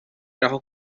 رها